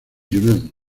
yunnan